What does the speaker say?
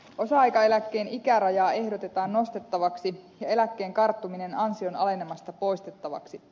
osa aikaeläkkeen ikärajaa ehdotetaan nostettavaksi ja eläkkeen karttuminen ansion alenemasta poistettavaksi